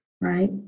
right